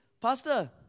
Pastor